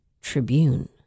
Tribune